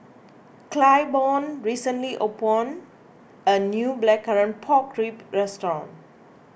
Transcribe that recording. Claiborne recently opened a new Blackcurrant Pork Ribs Restaurant